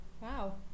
Wow